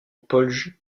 polje